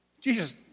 Jesus